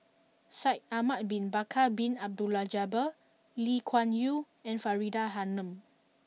Shaikh Ahmad Bin Bakar Bin Abdullah Jabbar Lee Kuan Yew and Faridah Hanum